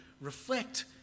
reflect